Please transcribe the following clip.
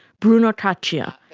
bruno caccia,